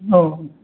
औ